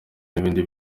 n’ibindi